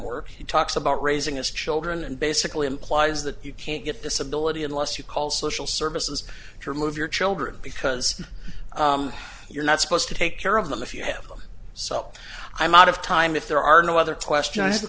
work he talks about raising his children and basically implies that you can't get disability unless you call social services to remove your children because you're not supposed to take care of them if you have them so i'm out of time if there are no other question